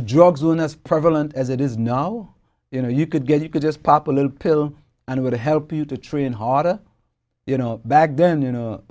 dragoon as prevalent as it is now you know you could get you could just pop a little pill and it would help you to train harder you know back then you know